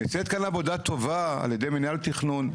נמצאת כאן עבודה טובה על ידי מנהל התכנון,